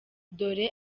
dore